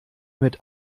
mit